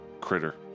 critter